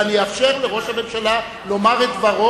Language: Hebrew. ואני אאפשר לראש הממשלה לומר את דברו,